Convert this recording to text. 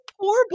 poor